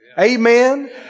Amen